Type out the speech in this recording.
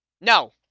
No